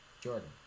Jordan